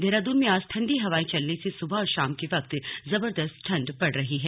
देहराद्रन में आज ठंडी हवाए चलने से सुबह और शाम के वक्त जबर्दस्त ठंड पड़ रही है